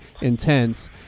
intense